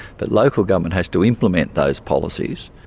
but local government has to implement those policies,